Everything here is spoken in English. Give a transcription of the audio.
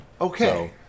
Okay